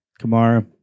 Kamara